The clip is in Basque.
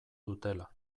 dutela